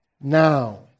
Now